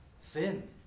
sin